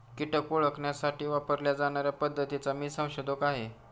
कीटक ओळखण्यासाठी वापरल्या जाणार्या पद्धतीचा मी संशोधक आहे